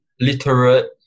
literate